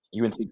UNC